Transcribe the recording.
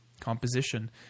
composition